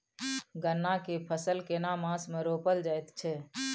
गन्ना के फसल केना मास मे रोपल जायत छै?